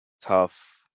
tough